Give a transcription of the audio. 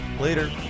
Later